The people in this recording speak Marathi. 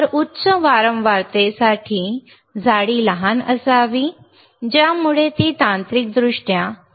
तर उच्च वारंवारतेसाठी जाडी लहान असावी ज्यामुळे ती यांत्रिकदृष्ट्या कमकुवत होते